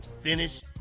finish